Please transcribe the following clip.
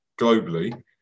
globally